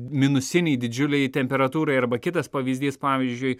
minusinei didžiulei temperatūrai arba kitas pavyzdys pavyzdžiui